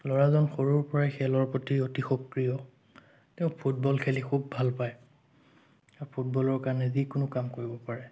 ল'ৰাজন সৰুৰ পৰাই খেলৰ প্ৰতি অতি সক্ৰিয় তেওঁ ফুটবল খেলি খুব ভাল পায় তেওঁ ফুটবলৰ কাৰণে যিকোনো কাম কৰিব পাৰে